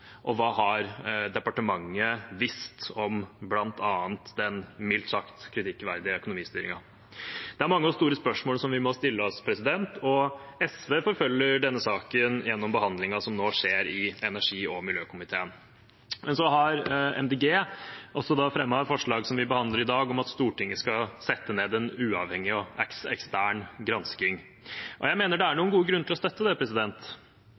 Hva har departementet visst om bl.a. den mildt sagt kritikkverdige økonomistyringen? Det er mange og store spørsmål som vi må stille oss, og SV forfølger denne saken gjennom behandlingen som nå skjer i energi- og miljøkomiteen. Men så har MDG fremmet et forslag som vi behandler i dag, om at Stortinget skal sette ned en uavhengig og ekstern gransking. Jeg mener det er noen gode grunner til å støtte det.